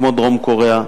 כמו דרום-קוריאה,